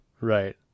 Right